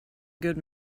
good